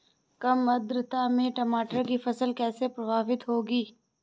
कम आर्द्रता में टमाटर की फसल कैसे प्रभावित होगी?